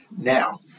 now